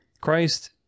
christ